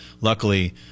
luckily